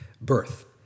birth